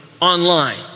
online